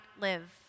live